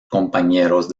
compañeros